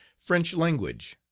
french language.